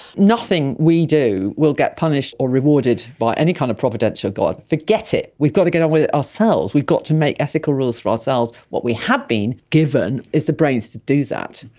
nothing we do will get punished or rewarded by any kind of providential god, forget it, we've got to get on with it ourselves, we've got to make ethical rules for ourselves. what we have been given is the brains to do that.